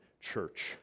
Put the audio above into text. church